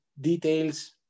details